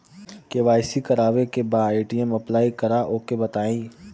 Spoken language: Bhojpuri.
के.वाइ.सी करावे के बा ए.टी.एम अप्लाई करा ओके बताई?